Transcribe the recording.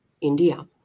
India